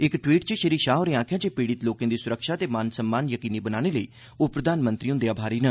इक टवीट् च श्री शाह होरें आखेआ जे पीड़ित लोकें दी सुरक्षा ते मान सम्मान यकीनी बनाने लेई ओह् प्रधानमंत्री हुंदे आभारी न